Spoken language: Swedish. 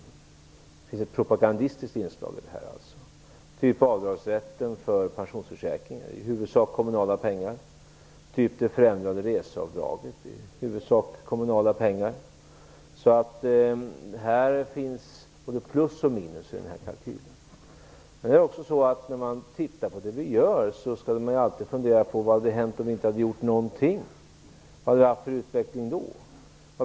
Det finns alltså ett propagandistiskt inslag i det här - typ avdragsrätten för pensionsförsäkringar, som i huvudsak är kommunala pengar; typ det förändrade reseavdraget, som i huvudsak är kommunala pengar. Det finns alltså både plus och minus i den här kalkylen. När man tittar på det vi gör borde man alltid fundera på vad som hade hänt om vi inte hade gjort någonting. Hur hade utvecklingen då varit?